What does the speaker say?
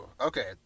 Okay